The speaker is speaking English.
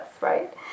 right